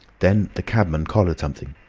then the cabman collared something.